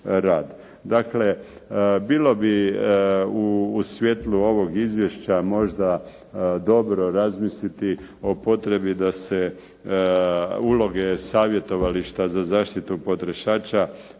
Dakle, bilo bi u svijetlu ovog izvješća možda dobro razmisliti o potrebi da se uloge savjetovališta za zaštitu potrošača